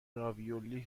راویولی